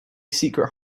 secret